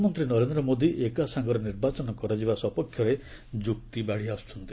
ପ୍ରଦାନମନ୍ତ୍ରୀ ନରେନ୍ଦ୍ର ମୋଦି ଏକ ସଙ୍ଗରେ ନିର୍ବାଚନ କରାଯିବା ସପକ୍ଷରେ ଯ୍ରକ୍ତି ବାଢ଼ି ଆସ୍ତଚ୍ଚନ୍ତି